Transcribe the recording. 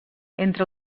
entre